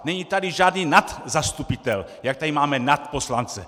Není tady žádný nadzastupitel, jak tady máme nadposlance.